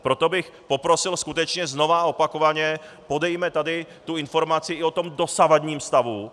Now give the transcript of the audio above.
Proto bych poprosil skutečně znovu, opakovaně, podejme tady tu informaci i o tom dosavadním stavu.